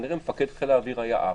כנראה שמפקד חיל האוויר היה עף,